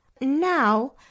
Now